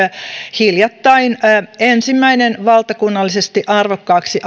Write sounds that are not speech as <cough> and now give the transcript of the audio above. hiljattain ensimmäiseen valtakunnallisesti arvokkaaksi <unintelligible>